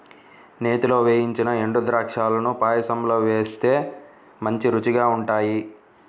నేతిలో వేయించిన ఎండుద్రాక్షాలను పాయసంలో వేస్తే మంచి రుచిగా ఉంటాయి